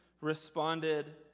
responded